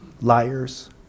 Liars